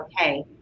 okay